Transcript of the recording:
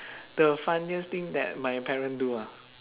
the funniest thing that my parent do ah